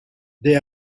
they